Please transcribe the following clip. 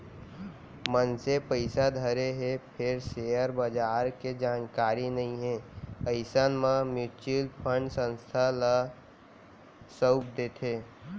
मनसे पइसा धरे हे फेर सेयर बजार के जानकारी नइ हे अइसन म म्युचुअल फंड संस्था ल सउप देथे